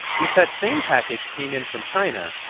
if that same package came in from china,